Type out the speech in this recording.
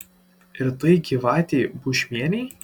ir tai gyvatei bušmienei